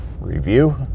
review